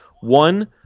One